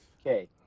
Okay